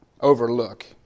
overlook